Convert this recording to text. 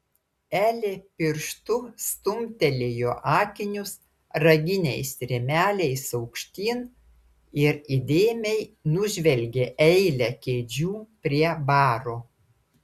elė pirštu stumtelėjo akinius raginiais rėmeliais aukštyn ir įdėmiai nužvelgė eilę kėdžių prie baro